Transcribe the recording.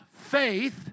faith